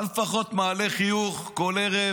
אבל לפחות הוא מעלה חיוך כל ערב